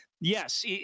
yes